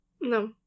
no